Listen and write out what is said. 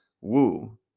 woo